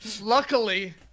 luckily